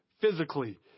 physically